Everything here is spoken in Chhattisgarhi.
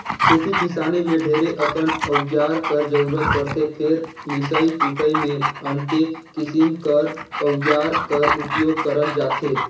खेती किसानी मे ढेरे अकन अउजार कर जरूरत परथे फेर मिसई कुटई मे अन्ते किसिम कर अउजार कर उपियोग करल जाथे